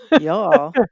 y'all